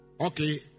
Okay